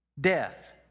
death